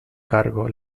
cargo